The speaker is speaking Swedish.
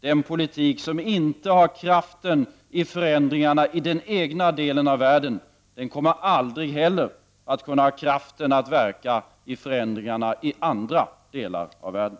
Den politik som inte har kraft i förändringarna i den egna delen av världen kommer heller aldrig att kunna ha kraften att verka i förändringarna i andra delar av världen.